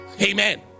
Amen